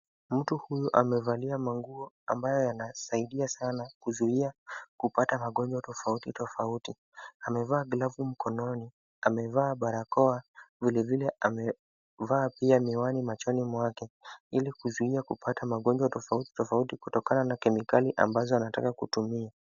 Mtu huyu amevalia manguo ambayo yanasaidia sana kuzuia kupata magonjwa tofauti tofauti, amevaa glavu mkononi, amevaa barakoa vilevile amevaa pia miwani machoni mwake ili kuzuia kupata magonjwa tofauti tofauti kutokana na kemikali ambazo anataka kutumia.